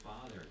father